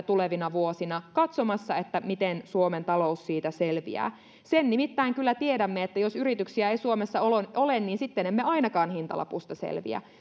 tulevina vuosina katsomassa että miten suomen talous siitä selviää sen nimittäin kyllä tiedämme että jos yrityksiä ei suomessa ole niin sitten emme ainakaan hintalapusta selviä